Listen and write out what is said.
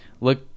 look